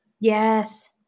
Yes